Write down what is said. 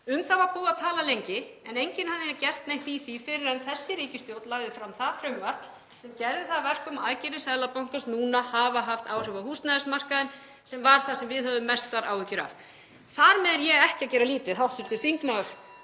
Um það var búið að tala lengi en enginn hafði gert neitt í því fyrr en þessi ríkisstjórn lagði fram það frumvarp sem gerði það að verkum að aðgerðir Seðlabankans núna hafa haft áhrif á húsnæðismarkaðinn, sem var það sem við höfðum mestar áhyggjur af. Þar með er ég ekki að gera lítið, hv. þingmaður,